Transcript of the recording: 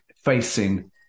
facing